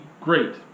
great